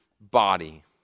body